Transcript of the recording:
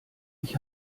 ich